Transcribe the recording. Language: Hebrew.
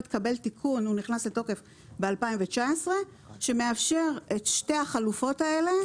נכנס לתוקף ב-2019 והתקבל תיקון שמאפשר את שתי החלופות האלה,